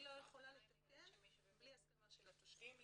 לא יכולה לתקן בלי הסכמה של התושב.